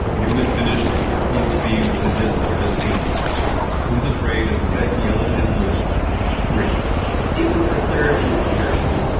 newman finished what would prove to be one of his largest paintings who's afraid of red, yellow and blue iii it was the third in a series.